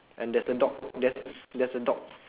and there's a dog there's there's a dog